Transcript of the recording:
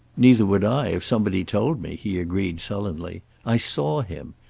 neither would i, if somebody told me, he agreed sullenly. i saw him.